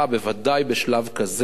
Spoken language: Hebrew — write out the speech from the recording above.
בוודאי בשלב כזה,